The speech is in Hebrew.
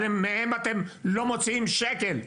אבל מהם אתם לא מוציאים שקל,